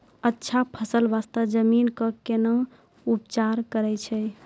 अच्छा फसल बास्ते जमीन कऽ कै ना उपचार करैय छै